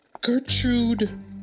Gertrude